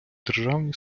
державні